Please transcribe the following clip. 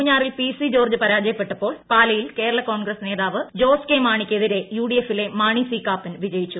പൂഞ്ഞാറിൽ പി സി ജോർജ് പരാജയപ്പെട്ടപ്പോൾ പാലയിൽ കേരള കോൺഗ്രസ് നേതാവ് ജോസ് കെ മാണിക്കെതിരെ യു ഡി എഫിലെ മാണി സി കാപ്പൻ വിജയിച്ചു